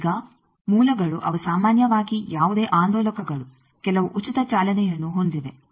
ಈಗ ಮೂಲಗಳು ಅವು ಸಾಮಾನ್ಯವಾಗಿ ಯಾವುದೇ ಆಂದೋಲಕಗಳು ಕೆಲವು ಉಚಿತ ಚಾಲನೆಯನ್ನು ಹೊಂದಿವೆ